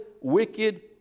wicked